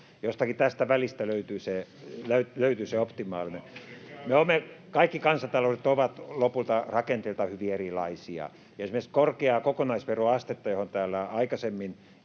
Jostakin tästä välistä löytyy se optimaalinen. [Juha Mäenpään välihuuto] Kaikki kansantaloudet ovat lopulta rakenteiltaan hyvin erilaisia. Esimerkiksi korkea kokonaisveroaste, johon täällä aikaisemmin